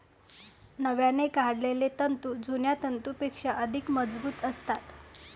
नव्याने काढलेले तंतू जुन्या तंतूंपेक्षा अधिक मजबूत असतात